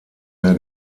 mehr